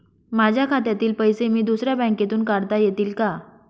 माझ्या खात्यातील पैसे मी दुसऱ्या बँकेतून काढता येतील का?